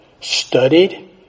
studied